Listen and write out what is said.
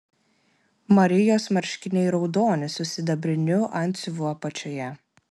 marijos marškiniai raudoni su sidabriniu antsiuvu apačioje